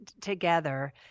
together